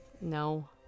No